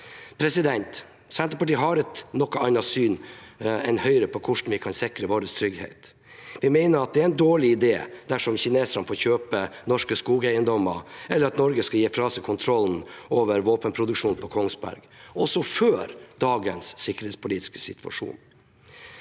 Solberg. Senterpartiet har et noe annet syn enn Høyre på hvordan vi kan sikre vår trygghet. Vi mener at det er en dårlig idé dersom kineserne får kjøpe norske skogeiendommer, eller at Norge skal gi fra seg kontrollen over våpenproduksjonen på Kongsberg, også før dagens sikkerhetspolitiske situasjon.